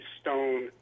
stone –